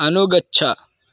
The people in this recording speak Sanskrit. अनुगच्छ